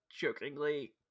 jokingly